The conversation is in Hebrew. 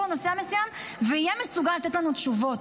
לנושא המסוים ויהיה מסוגל לתת לנו תשובות.